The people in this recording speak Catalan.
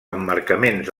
emmarcaments